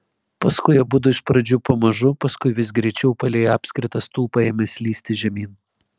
paskui abudu iš pradžių pamažu paskui vis greičiau palei apskritą stulpą ėmė slysti žemyn